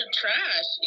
trash